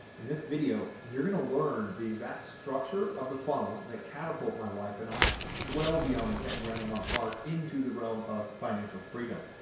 in this video, you're going to learn the exact structure of the funnel that catapult my wife and i well beyond the ten grand a month mark into the realm of financial freedom.